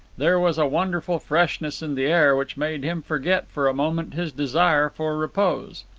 there was a wonderful freshness in the air which made him forget for a moment his desire for repose.